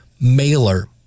mailer